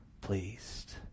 pleased